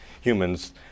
humans